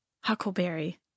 Huckleberry